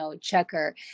checker